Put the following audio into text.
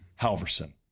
Halverson